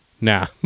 nah